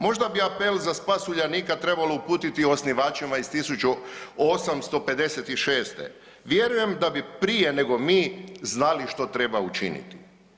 Možda bi apel za spas Uljanika trebalo uputiti osnivačima iz 1856., vjerujem da bi prije nego mi znali što treba učiniti.